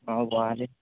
অঁ গুৱাহাটী